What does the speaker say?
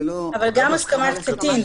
אבל גם הסכמת קטין,